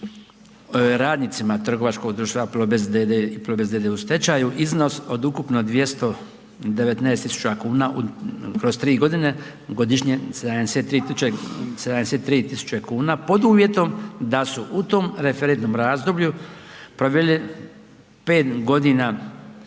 radnicima trgovačkog društva Plobest d.d. i Plobest d.d. u stečaju iznos od ukupno 219.000,00 kn kroz 3.g., godišnje 73.000,00 kn pod uvjetom da su u tom referentnom razdoblju proveli 5.g.